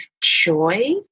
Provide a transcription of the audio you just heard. joy